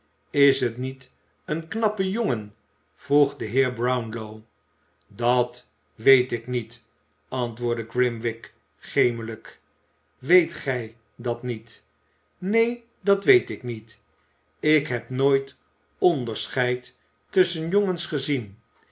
is het niet een knappe jongen vroeg de heer brownlow dat weet ik niet antwoordde grimwig gemelijk weet gij dat niet neen dat weet ik niet ik heb nooit onderscheid tusschen jongens gezien